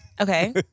Okay